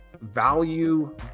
value